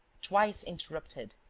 twice interrupted,